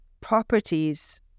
properties